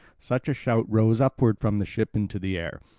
such a shout rose upward from the ship into the air.